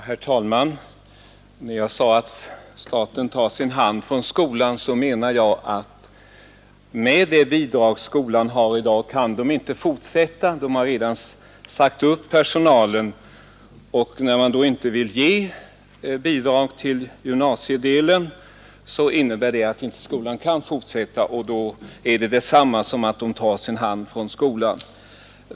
Herr talman! När jag sade att staten tar sin hand från Mariannelundsskolan syftade jag på att med det bidrag skolan har i dag kan den inte fortsätta; personalen har redan sagts upp. Då man inte vill ge bidrag till gymnasiedelen kan skolan alltså inte arbeta vidare, och det är detsamma som att man tar sin hand från den.